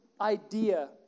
idea